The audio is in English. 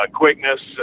quickness